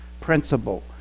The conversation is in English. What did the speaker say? principle